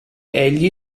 egli